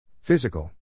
Physical